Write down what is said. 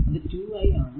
അത് 2 i ആണ്